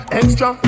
extra